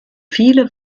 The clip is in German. viele